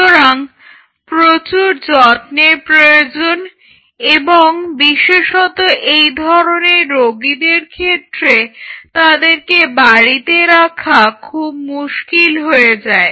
সুতরাং প্রচুর যত্নের প্রয়োজন এবং বিশেষত এই ধরনের রোগীদের ক্ষেত্রে তাদেরকে বাড়িতে রাখা খুব মুশকিল হয়ে যায়